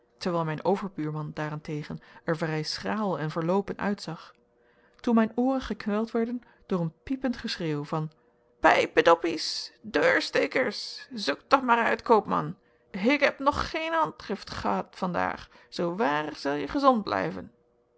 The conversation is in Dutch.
terwijl mijn overbuurman daar-en-tegen er vrij schraal en verloopen uitzag toen mijn ooren gekweld werden door een piepend geschreeuw van phijpedoppies deursthekers zoek thoch maar huit khoopman hik ep nog gheen andgift ghehad vandhaag zoo waar zelje ghesond blijven